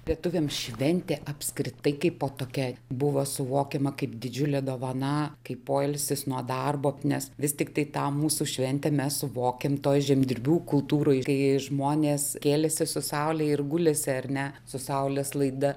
lietuviams šventė apskritai kaipo tokia buvo suvokiama kaip didžiulė dovana kaip poilsis nuo darbo nes vis tiktai tą mūsų šventę mes suvokėm toj žemdirbių kultūroj kai žmonės kėlėsi su saule ir gulėsi ar ne su saulės laida